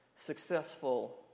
Successful